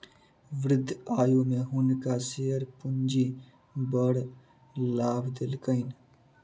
वृद्ध आयु में हुनका शेयर पूंजी बड़ लाभ देलकैन